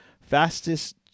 fastest